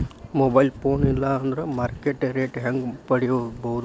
Mobile phone ಇಲ್ಲಾ ಅಂದ್ರ market rate ಹೆಂಗ್ ಪಡಿಬೋದು?